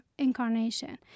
incarnation